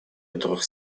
которых